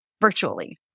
virtually